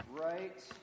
right